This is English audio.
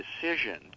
decision